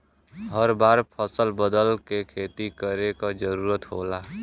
हर बार फसल बदल के खेती करे क जरुरत होला